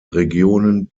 regionen